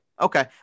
Okay